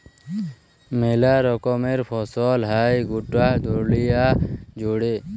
মেলা রকমের ফসল হ্যয় গটা দুলিয়া জুড়ে